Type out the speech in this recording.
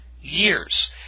years